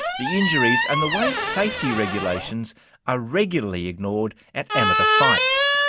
the injuries and the way safety regulations are regularly ignored at amateur fights.